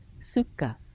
sukha